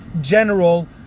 General